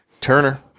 Turner